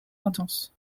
intenses